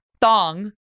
thong